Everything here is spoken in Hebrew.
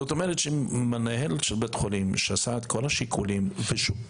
זאת אומרת שמנהל של בית חולים שעשה את כל השיקולים ושמבחינתו,